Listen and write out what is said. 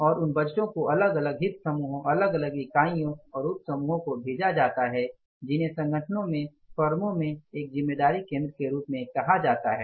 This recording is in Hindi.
और उन बजटों को अलग अलग हित समूहों अलग अलग इकाइयों और उप समूहों को भेजा जाता है जिन्हें संगठनों में फर्मों में एक जिम्मेदारी केंद्र के रूप में कहा जाता है